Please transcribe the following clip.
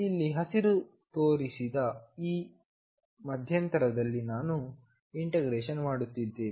ಇಲ್ಲಿ ಹಸಿರು ತೋರಿಸಿದ ಈ ಮಧ್ಯಂತರದಲ್ಲಿ ನಾನು ಇಂಟಿಗ್ರೇಶನ್ ಮಾಡುತ್ತಿದ್ದೇನೆ